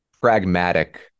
pragmatic